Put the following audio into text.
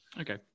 Okay